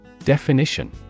Definition